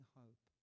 hope